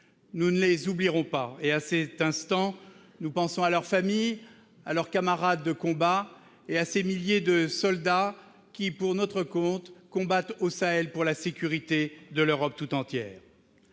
Nous ne les oublierons pas, et nous pensons à cet instant à leurs familles, à leurs camarades de combat et à ces milliers de soldats qui, pour notre compte, combattent au Sahel pour assurer la sécurité de l'Europe tout entière.